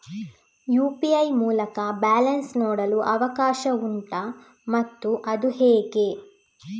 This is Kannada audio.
ಯು.ಪಿ.ಐ ಮೂಲಕ ಬ್ಯಾಲೆನ್ಸ್ ನೋಡಲು ಅವಕಾಶ ಉಂಟಾ ಮತ್ತು ಅದು ಹೇಗೆ?